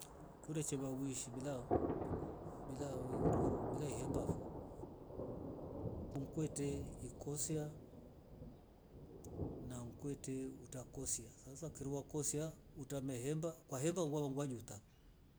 kure chema uishi bila wo bila woi ntovo bila hiyembafo, mkwete ikosia na mkwete utakosia sasa kiriwa kosia utamehemba kwa hemba uwawa ngwajuta